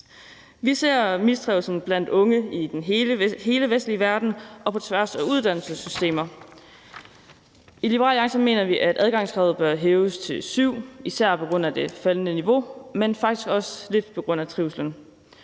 Vi ser mistrivslen blandt unge i hele den vestlige verden og på tværs af uddannelsessystemer. I Liberal Alliance mener vi, at adgangskravet bør hæves til 7, især på grund af det faldende niveau, men faktisk også lidt på grund af trivslen.